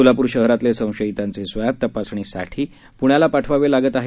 सोलापूर शहरातले संशयितांचे स्वब् तपासणीसाठीचे अहवाल प्ण्यालाही पाठवावे लागत आहेत